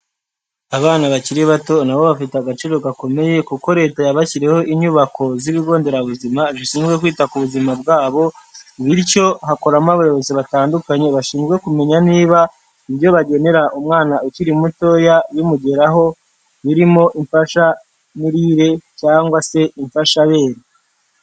Abana bakiri bato nabo bafite agaciro gakomeye kuko leta yabashyiriyeho inyubako z'ibigo nderabuzima zishinzwe kwita ku buzima bwabo, bityo hakoramo abayobozi batandukanye bashinzwe kumenya niba ibyo bagenera umwana ukiri mutoya bimugeraho birimo imfashamirire cyangwa se imfashabere.